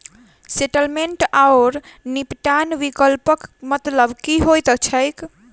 Settlement आओर निपटान विकल्पक मतलब की होइत छैक?